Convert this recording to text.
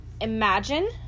imagine